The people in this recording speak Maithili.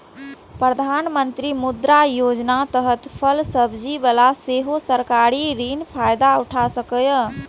प्रधानमंत्री मुद्रा योजनाक तहत फल सब्जी बला सेहो सरकारी ऋणक फायदा उठा सकैए